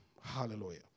Hallelujah